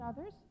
others